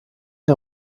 der